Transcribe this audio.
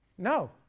No